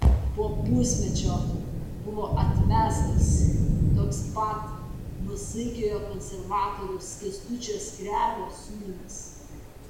po pusmečio buvo atmestas toks pat nuosaikiojo konservatoriaus kęstučio skrebio siūlymas